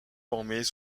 formés